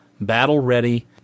battle-ready